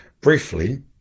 briefly